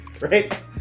Right